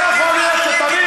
לפני שאתה,